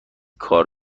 کار